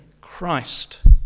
Christ